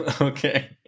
Okay